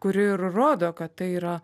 kuri ir rodo kad tai yra